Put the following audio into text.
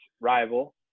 rival